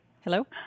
Hello